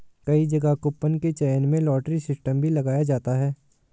कई जगह कूपन के चयन में लॉटरी सिस्टम भी लगाया जाता है